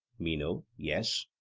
meno yes.